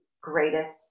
greatest